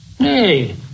Hey